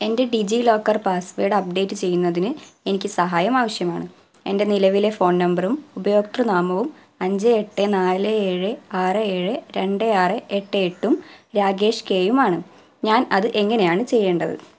എൻ്റെ DigiLocker password update ചെയ്യുന്നതിന് എനിക്ക് സഹായം ആവശ്യമാണ് എൻ്റെ നിലവിലെ ഫോൺ നമ്പറും ഉപയോക്തൃനാമവും അഞ്ച് എട്ട് നാല് ഏഴ് ആറ് ഏഴ് രണ്ട് ആറ് എട്ട് എട്ടും രാകേഷ് കെയും ആണ് ഞാൻ അത് എങ്ങനെയാണ് ചെയ്യേണ്ടത്